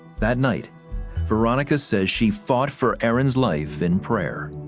that night veronica says she fought for aaron's life in prayer.